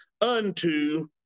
unto